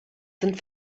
sind